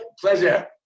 Pleasure